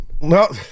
No